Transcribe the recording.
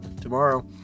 Tomorrow